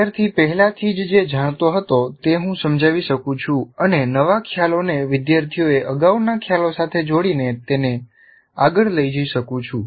વિદ્યાર્થી પહેલાથી જ જે જાણતો હતો તે હું સમજાવી શકું છું અને નવા ખ્યાલોને વિદ્યાર્થીઓએ અગાઉના ખ્યાલો સાથે જોડીને તેને આગળ લઈ જઈ શકું છું